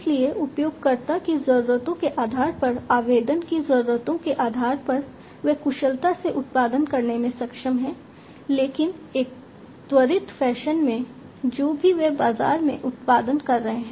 इसलिए उपयोगकर्ता की जरूरतों के आधार पर आवेदन की जरूरतों के आधार पर वे कुशलता से उत्पादन करने में सक्षम हैं लेकिन एक त्वरित फैशन में जो भी वे बाजार में उत्पादन कर रहे हैं